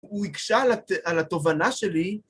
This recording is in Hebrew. ‫הוא הקשה על התובנה שלי...